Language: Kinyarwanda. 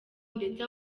ndetse